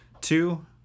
two